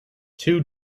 two